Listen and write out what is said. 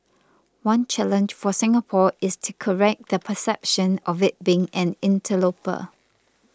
one challenge for Singapore is to correct the perception of it being an interloper